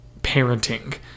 parenting